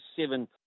seven